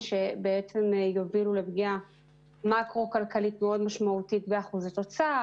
שיובילו לפגיעה מאקרו כלכלית מאוד משמעותית באחוז התוצר,